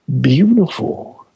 beautiful